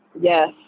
Yes